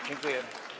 Dziękuję.